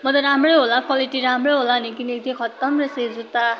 म त राम्रै होला क्वालिटी राम्रै होला भनेर किनेको थिएँ खतम रहेछ यो जुत्ता